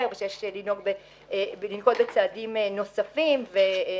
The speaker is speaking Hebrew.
ושיש לנקוט בצעדים נוספים כלפי התופעה.